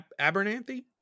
Abernathy